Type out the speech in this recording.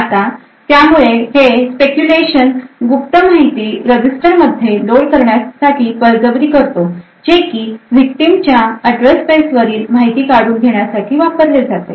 आता त्यामुळे हे Speculation गुप्त माहिती रजिस्टर मध्ये लोड करण्यासाठी बळजबरी करतो जे की victim च्या address space वरील माहिती काढून घेण्यासाठी वापरले जाते